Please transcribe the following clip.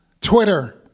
twitter